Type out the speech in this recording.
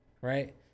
right